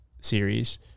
series